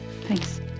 Thanks